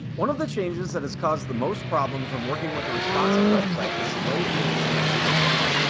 one of the changes that has caused the most problems when working with a responsive website is the way images need to be inserted.